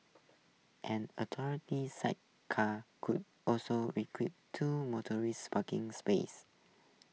an alternately sidecar could also require two motor sparking spaces